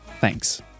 thanks